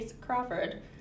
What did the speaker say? Crawford